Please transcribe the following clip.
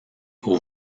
aux